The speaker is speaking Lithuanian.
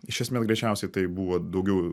iš esmės greičiausiai tai buvo daugiau